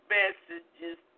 messages